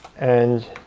and